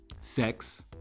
sex